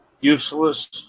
useless